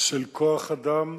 של כוח אדם,